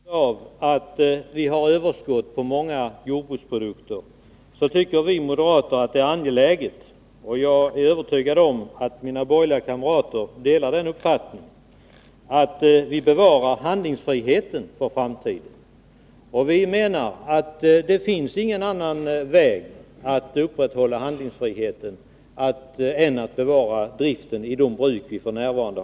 Herr talman! Just på grund av att vi har överskott på många jordbruksprodukter tycker vi moderater att det är angeläget — och jag är övertygad om att mina övriga borgerliga kamrater delar den uppfattningen — att vi bevarar handlingsfriheten för framtiden. Det finns inget annat sätt att upprätthålla handlingsfriheten än att bevara driften i de bruk som f. n. äri gång.